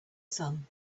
sun